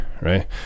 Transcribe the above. Right